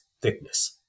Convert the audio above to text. thickness